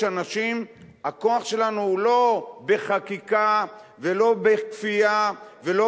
הכוח שלנו הוא לא בחקיקה ולא בכפייה ולא